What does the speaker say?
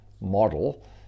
model